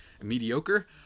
mediocre